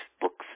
books